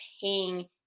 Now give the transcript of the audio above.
paying